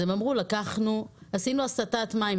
אז הם עשו הסטת מים.